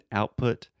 output